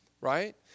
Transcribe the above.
right